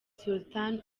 sultan